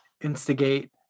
instigate